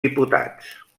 diputats